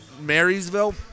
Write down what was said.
Marysville